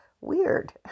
weird